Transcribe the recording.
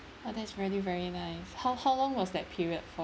oh that is really very nice how how long was that period for